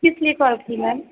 किसलिए कॉल की मैम